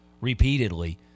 repeatedly